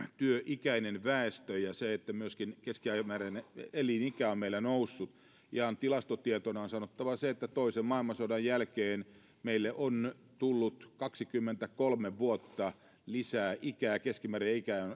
työikäinen väestö ja siitä että myöskin keskimääräinen elinikä on meillä noussut ihan tilastotietona on sanottava että toisen maailmansodan jälkeen meille on tullut kaksikymmentäkolme vuotta lisää ikää keskimääräinen